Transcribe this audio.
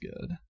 good